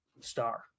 star